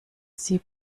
sie